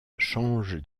change